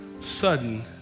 sudden